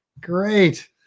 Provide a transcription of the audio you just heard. Great